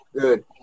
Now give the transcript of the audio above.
Good